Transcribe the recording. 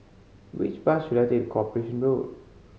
which bus should I take to Corporation Road